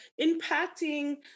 impacting